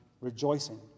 rejoicing